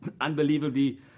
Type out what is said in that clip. unbelievably